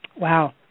Wow